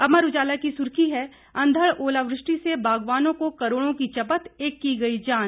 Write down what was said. अमर उजाला की सुर्खी है अंधड़ ओलावृष्टि से बागवानों को करोड़ों की चपत एक की गई जान